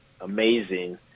amazing